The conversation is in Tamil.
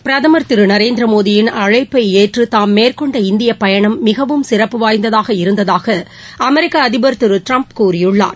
பிரதமர் திரு நரேந்திரமோடியின் அழைப்பை ஏற்று தாம் மேற்கொண்ட இந்திய பயணம் மிகவும் சிறப்பு வாய்ந்ததாக இருந்ததாக அமெரிக்க அதிபர் திரு ட்டிரம்ப் கூறியுள்ளார்